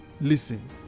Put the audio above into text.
Listen